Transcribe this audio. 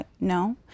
no